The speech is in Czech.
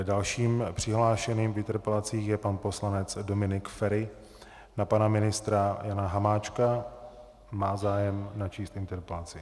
Dalším přihlášeným v interpelacích je pan poslanec Dominik Feri na pana ministra Jana Hamáčka a má zájem načíst interpelaci.